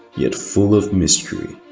yet full of mystery.